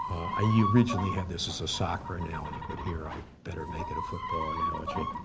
ah you originally have this as a soccer analogy, but here i better make it a football analogy.